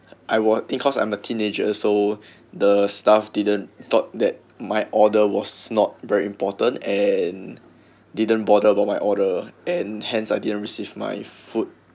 I was because I'm a teenager so the staff didn't thought that my order was not very important and didn't bother about my order and hence I didn't receive my food